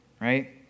right